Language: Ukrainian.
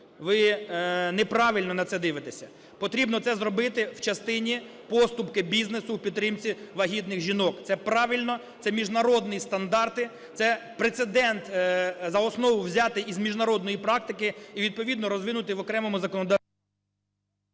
ви неправильно на це дивитеся. Потрібно це зробити в частині поступки бізнесу у підтримці вагітних жінок. Це правильно, це міжнародні стандарти, це прецедент, за основу взятий з міжнародної практики і відповідно розвинутий в окремому… ГОЛОВУЮЧИЙ.